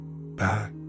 back